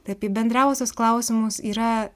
apie bendriausius klausimus yra